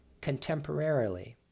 contemporarily